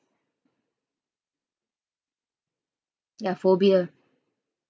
ya phobia